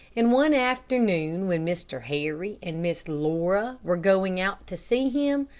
and one afternoon, when mr. harry and miss laura were going out to see him,